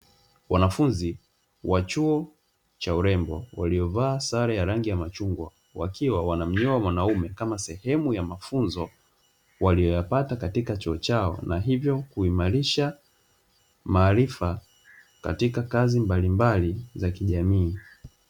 Wanafunzi wa chuo cha urembo waliovaa sare ya rangi ya machungwa wakiwa wanamnyoa mwanaume kama sehemu ya mafunzo waliyoyapata katika chuo chao na hivyo kuimarisha maarifa katika kazi mbalimbali za kijamii.